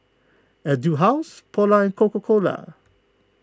Etude House Polar and Coca Cola